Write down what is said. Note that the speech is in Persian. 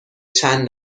چند